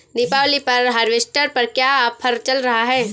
दीपावली पर हार्वेस्टर पर क्या ऑफर चल रहा है?